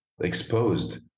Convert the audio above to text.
exposed